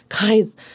guys